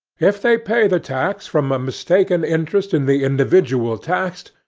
if they pay the tax from a mistaken interest in the individual taxed,